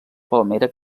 palmera